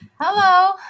Hello